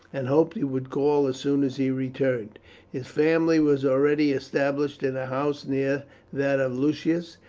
and hoped he would call as soon as he returned. his family was already established in a house near that of lucius.